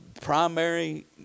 primary